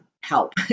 help